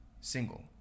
single